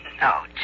no